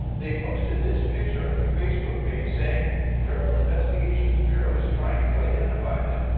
they posted this picture on their facebook page saying the criminal investigations bureau is trying to identify them.